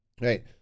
right